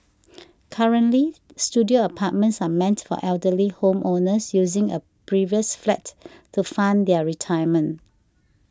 currently studio apartments are meant for elderly home owners using a previous flat to fund their retirement